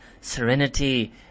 serenity